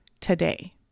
today